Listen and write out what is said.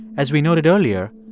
as we noted earlier,